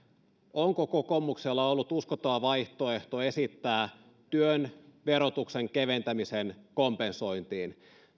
onko kokoomuksella ollut uskottava vaihtoehto esittää työn verotuksen keventämisen kompensointiin